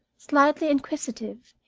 slightly inquisitive,